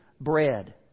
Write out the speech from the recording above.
bread